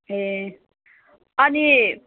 ए अनि